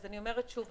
אני אומרת שוב,